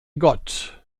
gott